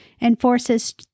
enforces